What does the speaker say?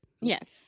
Yes